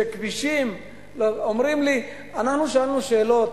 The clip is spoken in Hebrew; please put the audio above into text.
אנחנו שאלנו שאלות.